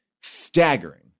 staggering